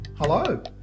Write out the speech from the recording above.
Hello